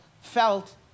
felt